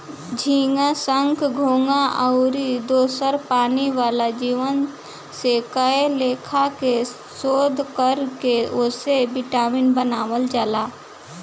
झींगा, संख, घोघा आउर दोसर पानी वाला जीव से कए लेखा के शोध कर के ओसे विटामिन बनावल जाला